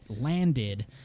landed